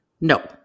no